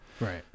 Right